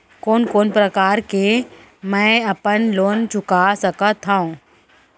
कोन कोन प्रकार ले मैं अपन लोन चुका सकत हँव?